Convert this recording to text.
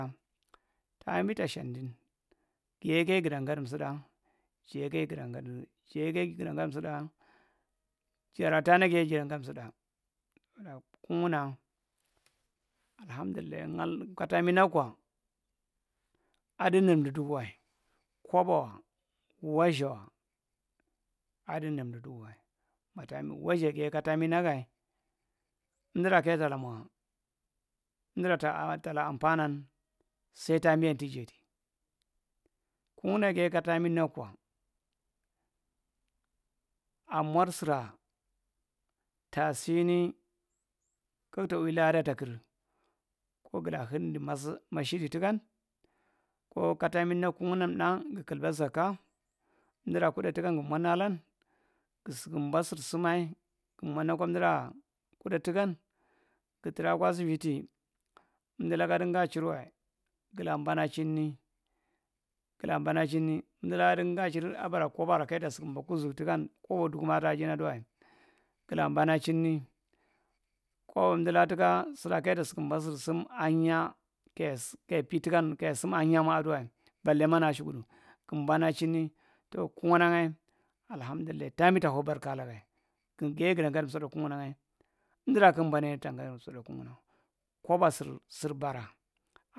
Taa’mbi ta shandin guyeke gudang gudi tsudae jeyeke g’udan rr jeyeke guda ye jada gadi tsuda. Kug’na alahamdullai ka taambi nak kwa adi nimdu duk’way kobowa wadzawa adi nim du dugwa mataamb wadza giye ka taambi nagay emdura kaya tala mwa emdura talaa ampaa nan sai taambian tu jedi, kugna giye ka taambian nak kwa amor suraa tasini kigta wi lada takir ko gula hindi masi mashidi takan ko ka taambi nak kugna tnaa gu kulba zakkaa emdura kuda tukan gu modnalan gudu kumba sur simay gu mod’naa emduraa kuda tukan gu modna kwa asibiti emdukkadi gaachirwa guka bana’chinni gula banchinni emdu ladi gaachir abara kobora kaya ta sukumba kuzugu kukan kobo dugulang adaa ginaa duwa gula banachinni ko emdulaa kobora keyeta sukumba sirsim ahinya keyesi keya pitukan keye sim ahenyae ma duwae balema naa ashu kudu gum bana chimni tow kugna’ngae alahamdullai taambi ta how barka lagae gin giye guda gadi sudna kugna’ngae emdura kug banaye tang gaadi sutdar kugna kobo sur sur bara.